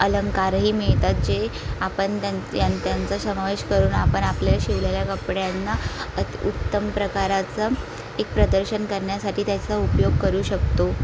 अलंकारही मिळतात जे आपण त्यां यां त्यांचा समावेश करून आपण आपल्या शिवलेल्या कपड्यांना अतिउत्तम प्रकाराचं एक प्रदर्शन करण्यासाठी त्याचा उपयोग करू शकतो